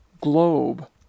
globe